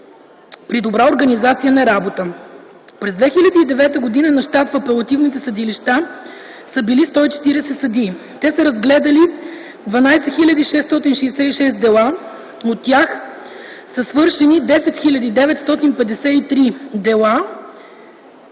при добра организация на работа. През 2009 г. на щат в апелативните съдилища са били 140 съдии. Те са разгледали 12 хил. 666 дела, от тях са свършени 10 хил. 953 дела,